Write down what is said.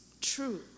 true